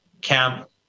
camp